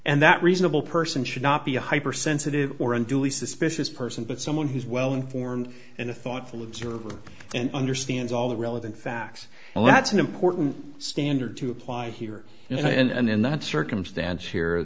and that reasonable person should not be a hypersensitive or unduly suspicious person but someone who's well informed and a thoughtful observer and understands all the relevant facts and that's an important standard to apply here and in that circumstance here